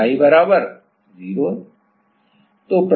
तो y बराबर 0 है